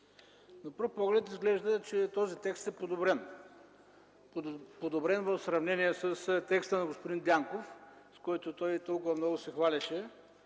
на пръв поглед изглежда, че този текст е подобрен в сравнение с текста на господин Дянков, с който той толкова много се хвалеше,